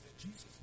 Jesus